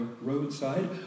roadside